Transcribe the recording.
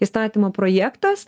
įstatymo projektas